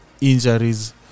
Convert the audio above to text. injuries